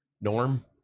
Norm